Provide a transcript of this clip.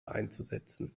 einzusetzen